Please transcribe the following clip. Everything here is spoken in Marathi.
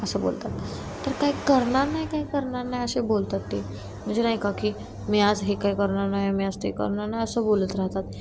असं बोलतात तर काय करणार नाही काय करणार नाही असे बोलतात ते म्हणजे नाही का की मी आज हे काय करणार नाही मी आज ते करणार नाही असं बोलत राहतात